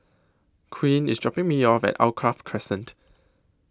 Quinn IS dropping Me off At Alkaff Crescent